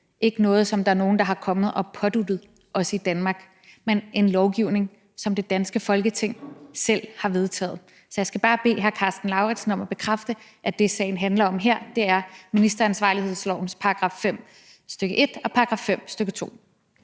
ikke noget, som nogen er kommet og påduttet os i Danmark, men en lovgivning, som det danske Folketing selv har vedtaget. Så jeg skal bare bede hr. Karsten Lauritzen om at bekræfte, at det, sagen her handler om, er ministeransvarlighedslovens § 5, stk 1, og § 5, stk. 2.